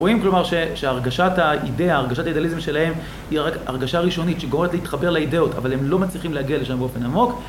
רואים כלומר שהרגשת האידאליזם שלהם היא הרגשה ראשונית שגורמת להתחבר לאידאות אבל הם לא מצליחים להגיע לשם באופן עמוק